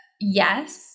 yes